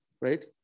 right